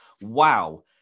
Wow